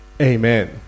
Amen